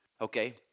Okay